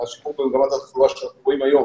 את רוב עבודתם הם עושים בחינם.